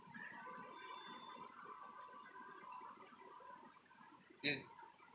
it